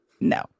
No